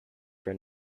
for